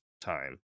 time